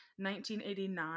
1989